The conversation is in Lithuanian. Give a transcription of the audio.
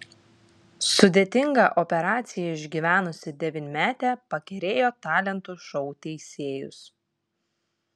sudėtingą operaciją išgyvenusi devynmetė pakerėjo talentų šou teisėjus